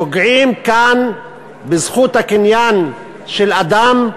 פוגעים כאן בזכות הקניין של אדם,